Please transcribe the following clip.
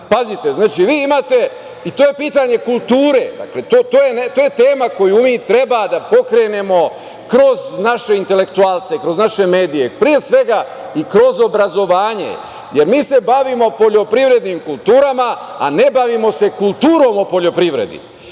Pazite, znači vi imate, i to je pitanje kulture, to je tema koju mi treba da pokrenemo kroz naše intelektualce, kroz naše medije, pre svega i kroz obrazovanje, jer mi se bavimo poljoprivrednim kulturama, a ne bavimo se kulturom o poljoprivredi.